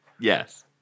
Yes